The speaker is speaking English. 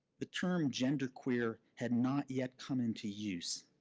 the term gender-queer had not yet come into use.